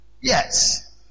Yes